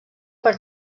per